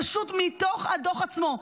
פשוט מתוך הדו"ח עצמו.